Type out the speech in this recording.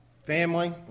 family